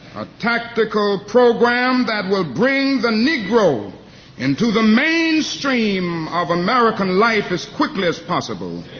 a tactical program that will bring the negro into the mainstream of american life as quickly as possible.